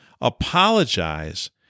apologize